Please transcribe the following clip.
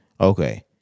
Okay